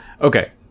okay